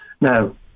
Now